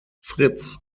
fritz